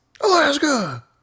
Alaska